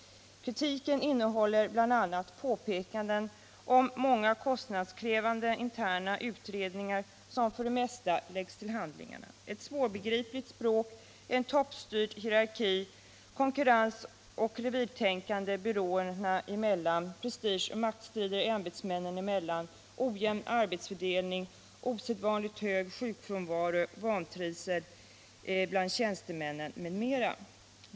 Kritiken innehåller bl.a. påpekanden om många kostnadskrävande interna utredningar, som för det mesta läggs till handlingarna, ett svårbegripligt språk, en toppstyrd hierarki, konkurrensoch revirtänkande byråer emellan, prestigeoch maktstrider ämbetsmännen emellan, ojämn arbetsfördelning, osedvanligt hög sjukfrånvaro, vantrivsel bland tjänstemännen m.m.